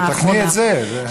תתקני את זה.